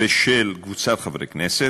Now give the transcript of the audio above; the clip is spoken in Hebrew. הכנסת.